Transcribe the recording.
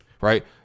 right